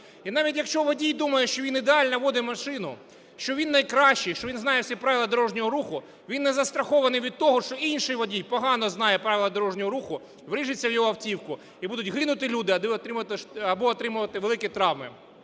І навіть, якщо водій думає, що він ідеально водить машину, що він найкращий, що він знає всі правила дорожнього руху, він не застрахований від того, що інший водій погано знає правила дорожнього руху, вріжеться в його автівку - і будуть гинути люди або отримувати великі травми.